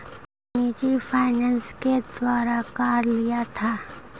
मैं निजी फ़ाइनेंस के द्वारा कार लिया था